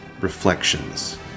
reflections